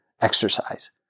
exercise